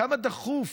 כמה דחוף